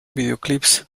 videoclips